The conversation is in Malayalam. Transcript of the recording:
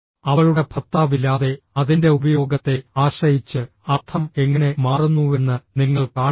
അവളുടെ ഭർത്താവില്ലാതെ അതിന്റെ ഉപയോഗത്തെ ആശ്രയിച്ച് അർത്ഥം എങ്ങനെ മാറുന്നുവെന്ന് നിങ്ങൾ കാണുന്നില്ല